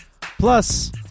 Plus